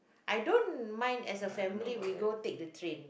I don't mind as a family we go take the train